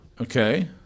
Okay